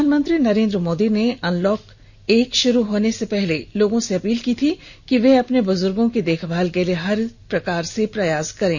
प्रधानमंत्री नरेन्द्र मोदी ने अनलॉक एक शुरू होने से पहले लोगों से अपील की थी कि वे अपने ब्जुर्गों की देखभाल के लिए हर प्रकार से प्रयास करें